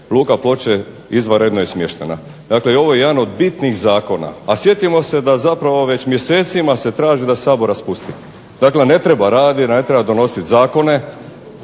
Luka Ploče izvanredno je smještena. Dakle, ovo je jedan od bitnih zakona. A sjetimo se da zapravo već mjesecima se traži da se Sabor raspusti. Dakle, ne treba raditi, ne treba donositi zakone,